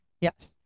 Yes